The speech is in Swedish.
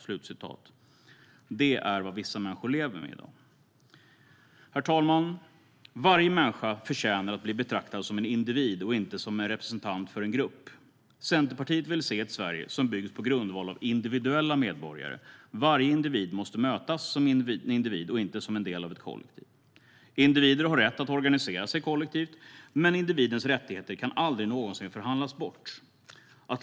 Detta är vad vissa människor lever med i dag. Herr talman! Varje människa förtjänar att bli betraktad som en individ och inte som representant för en grupp. Centerpartiet vill se ett Sverige som byggs på grundval av individuella medborgare. Varje individ måste mötas som individ och inte som del av ett kollektiv. Individer har rätt att organisera sig kollektivt, men individens rättigheter kan aldrig någonsin förhandlas bort.